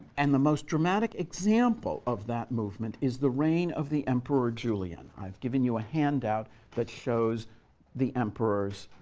and the most dramatic example of that movement is the reign of the emperor julian. i've given you a handout that shows the emperors